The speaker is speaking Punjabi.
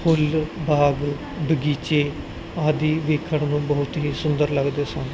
ਫੁੱਲ ਬਾਗ ਬਗੀਚੇ ਆਦੀ ਵੇਖਣ ਨੂੰ ਬਹੁਤ ਹੀ ਸੁੰਦਰ ਲੱਗਦੇ ਸਨ